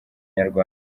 inyarwanda